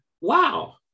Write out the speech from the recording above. wow